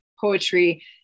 poetry